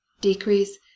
decrease